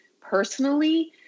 personally